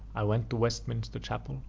i went to westminster chapel,